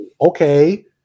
okay